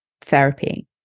therapy